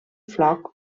floc